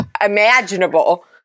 imaginable